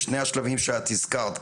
בשני השלבים שאת הזכרת,